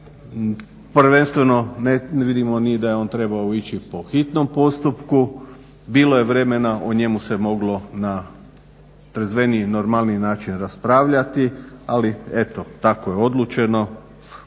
Prvenstveno ne vidimo ni da je on trebao ići po hitnom postupku. Bilo je vremena, o njemu se moglo na trezveniji, normalniji način raspravljati, ali eto tako je odlučeno.